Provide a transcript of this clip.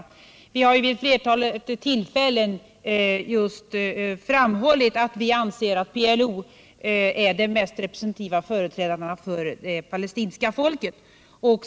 Måndagen den Vi har vid ett flertal tillfällen framhållit att vi anser PLO vara den mest 12 december 1977 representativa företrädaren för det palestinska folket.